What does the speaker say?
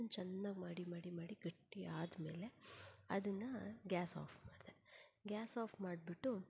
ಚೆನ್ನಾಗಿ ಮಾಡಿ ಮಾಡಿ ಮಾಡಿ ಗಟ್ಟಿ ಆದಮೇಲೆ ಅದನ್ನು ಗ್ಯಾಸ್ ಆಫ್ ಮಾಡಿದೆ ಗ್ಯಾಸ್ ಆಫ್ ಮಾಡಿಬಿಟ್ಟು